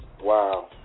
Wow